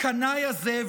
לקנאי הזה,